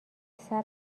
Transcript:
ثبت